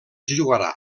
jugarà